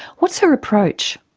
what's her approach?